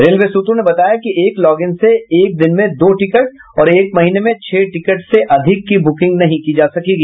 railway सूत्रों ने बताया कि एक लॉगिन से एक दिन में दो टिकट और एक महीने में छह टिकट से अधिक की बुकिंग नहीं की जा सकेगी